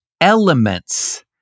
elements